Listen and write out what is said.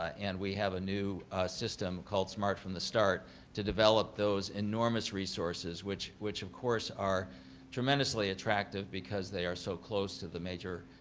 and we have a new system called smart from the start to develop those enormous resources, which, of course, are tremendously attractive because they are so close to the major